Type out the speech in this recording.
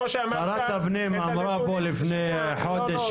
הפנים אמרה פה לפני חודש